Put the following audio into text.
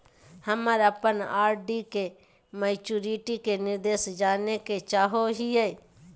हम अप्पन आर.डी के मैचुरीटी के निर्देश जाने के चाहो हिअइ